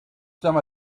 some